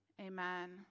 amen